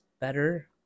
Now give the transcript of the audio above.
better